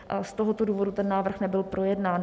Z tohoto důvodu ten návrh nebyl projednán.